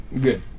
Good